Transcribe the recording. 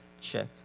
check